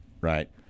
right